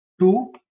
two